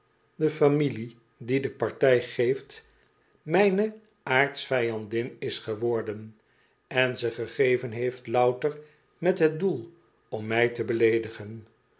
de familie die de partij geeft mijne aar ts vijandin is geworden en ze gegeven heeft louter met het doel om mij te beleedigen